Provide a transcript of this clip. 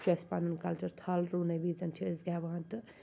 چھُ اَسہِ پَنُن کَلچَر تھَل رُونہِ وِزیٚن چھِ أسۍ گیٚوان تہٕ